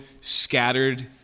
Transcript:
scattered